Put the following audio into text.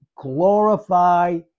glorify